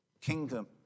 kingdom